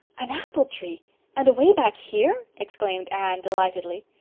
an apple tree and away back here! exclaimed anne delightedly.